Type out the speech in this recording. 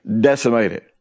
decimated